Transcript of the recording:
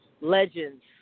legends